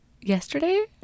yesterday